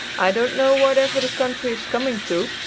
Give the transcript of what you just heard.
i don't know whatever the country is coming to,